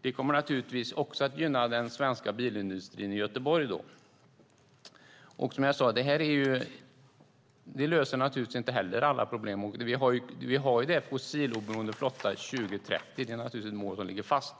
det kommer naturligtvis att gynna den svenska bilindustrin i Göteborg. Det löser naturligtvis inte alla problem. Vi har målet om en fossiloberoende flotta till år 2030, och det är ett mål som ligger fast.